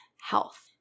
health